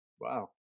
Wow